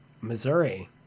missouri